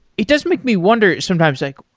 it does make me wonder sometimes like,